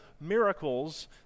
miracles